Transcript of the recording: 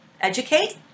educate